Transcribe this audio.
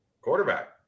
quarterback